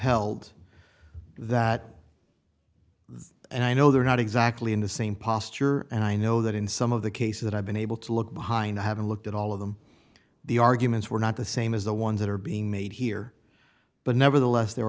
held that and i know they're not exactly in the same posture and i know that in some of the cases that i've been able to look behind i haven't looked at all of them the arguments were not the same as the ones that are being made here but nevertheless there